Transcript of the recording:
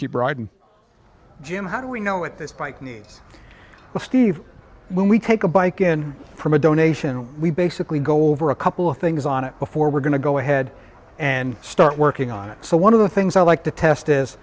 keep riding jim how do we know at this bike needs when we take a bike and from a donation we basically go over a couple of things on it before we're going to go ahead and start working on it so one of the things i like to test is